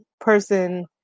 person